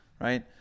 right